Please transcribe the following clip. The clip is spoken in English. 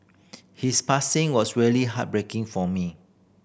his passing was really heartbreaking for me